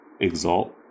exalt